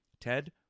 ted